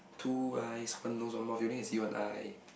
two eyes one nose one mouth you only can see one eye